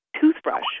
toothbrush